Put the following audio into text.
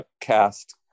cast